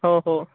हो हो